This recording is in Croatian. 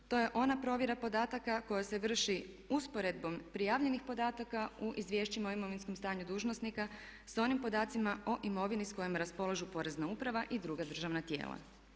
To je ona provjera podataka koja se vrši usporedbom prijavljenih podataka u izvješćima o imovinskom stanju dužnosnika sa onim podacima o imovini s kojom raspolažu porezna uprava i druga državna tijela.